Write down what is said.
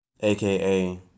aka